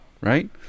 right